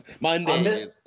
Monday